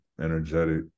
energetic